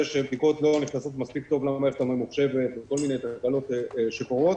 שבדיקות לא נכנסות מספיק טוב למערכת הממוחשבת וכל מיני תקלות שקורות.